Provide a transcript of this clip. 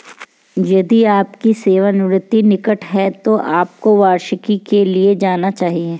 यदि आपकी सेवानिवृत्ति निकट है तो आपको वार्षिकी के लिए जाना चाहिए